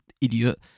idiot